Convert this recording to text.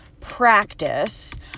practice